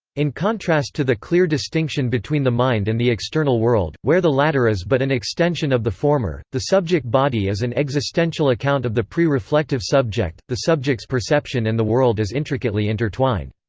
in contrast to the clear distinction between the mind and the external world, where the latter is but an extension of the former, the subject-body is an existential account of the pre-reflective subject, the subject's perception and the world as intricately intertwined.